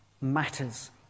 matters